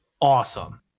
awesome